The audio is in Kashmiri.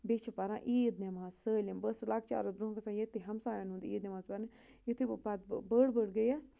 بیٚیہِ چھِ پَران عیٖد نٮ۪ماز سٲلِم بہٕ ٲسٕس لۄکچارَس برٛونٛہہ گژھان ییٚتہِ ہَمایَن ہُنٛد عیٖد نٮ۪ماز پَرنہِ یُتھُے بہٕ پَتہٕ بہٕ بٔڑ بٔڑ گٔیَس